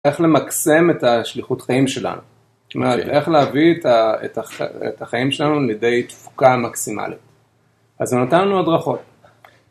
איך למקסם את השליחות חיים שלנו, זאת אומרת איך להביא את החיים שלנו לידי תפוקה מקסימלית, אז זה נתן לנו הדרכות.